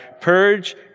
Purge